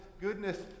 goodness